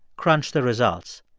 crunched the results.